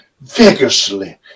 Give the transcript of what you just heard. vigorously